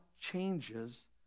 changes